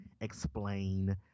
explain